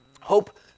Hope